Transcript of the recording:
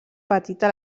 petita